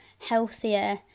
healthier